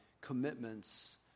commitments